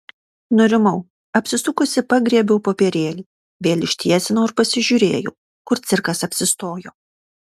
nurimau apsisukusi pagriebiau popierėlį vėl ištiesinau ir pasižiūrėjau kur cirkas apsistojo